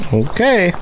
okay